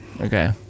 Okay